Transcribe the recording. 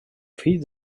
fill